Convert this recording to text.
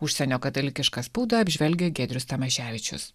užsienio katalikišką spaudą apžvelgia giedrius tamaševičius